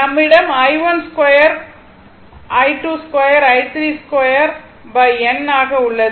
நம்மிடம் i12 i22 in2 n உள்ளது